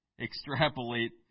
extrapolate